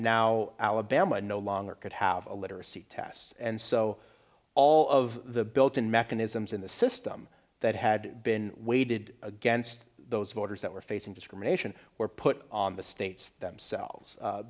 now alabama no longer could have literacy tests and so all of the built in mechanisms in the system that had been weighted against those voters that were facing discrimination were put on the states themselves